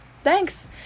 Thanks